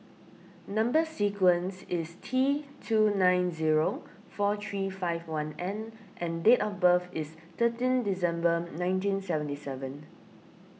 Number Sequence is T two nine zero four three five one N and date of birth is thirteen December nineteen seventy seven